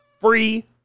free